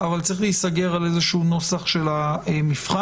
אבל צריך להיסגר על איזשהו נוסח של המבחן.